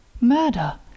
Murder